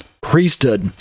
priesthood